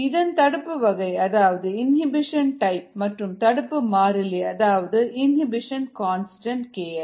இதன் தடுப்பு வகை அதாவது இனிபிஷன் டைப் மற்றும் தடுப்பு மாறிலி அதாவது இனிபிஷன் கான்ஸ்டன்ட் KI